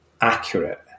accurate